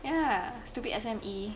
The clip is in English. ya stupid S_M_E